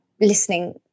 listening